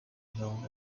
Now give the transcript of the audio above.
known